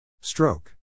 stroke